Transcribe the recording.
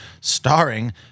starring